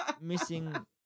missing